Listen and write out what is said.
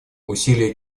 усилия